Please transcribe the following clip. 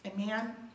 amen